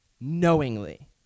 knowingly